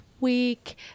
week